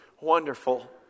wonderful